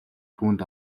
түүнд